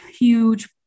huge